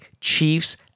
Chiefs